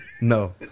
No